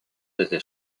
desde